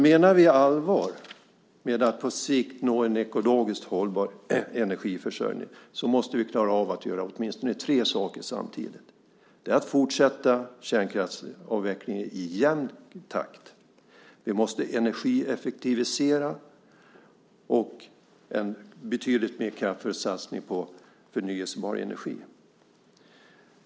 Menar vi allvar med att vi på sikt ska nå en ekologiskt hållbar energiförsörjning måste vi klara av att göra åtminstone tre saker samtidigt: fortsätta kärnkraftsavvecklingen i jämn takt, energieffektivisera och genomföra en betydligt kraftfullare satsning på förnybar energi.